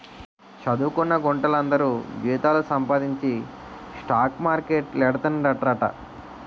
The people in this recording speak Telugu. చదువుకొన్న గుంట్లందరూ జీతాలు సంపాదించి స్టాక్ మార్కెట్లేడతండ్రట